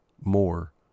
more